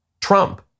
Trump